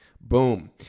Boom